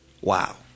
Wow